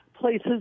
places